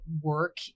work